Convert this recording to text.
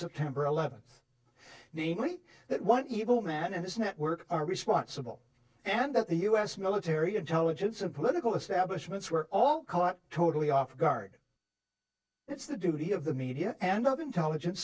september eleventh namely that one evil man and its network are responsible and that the us military intelligence and political establishment were all caught totally off guard it's the duty of the media and other intelligent